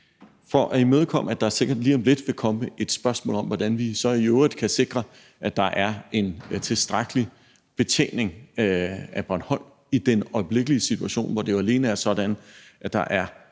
For at imødekomme, at der sikkert lige om lidt vil komme et spørgsmål om, hvordan vi så i øvrigt kan sikre, at der er en tilstrækkelig betjening af Bornholm i den øjeblikkelige situation, hvor det jo alene er sådan, at det er